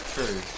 True